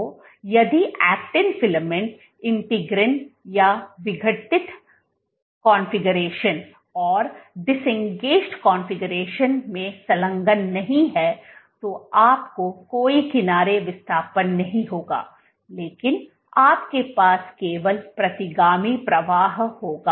तो यदि actin filament integrin या विघटित कॉन्फ़िगरेशन में संलग्न नहीं है तो आपको कोई किनारे विस्थापन नहीं होगा लेकिन आपके पास केवल प्रतिगामी प्रवाह होगा